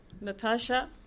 Natasha